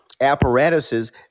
apparatuses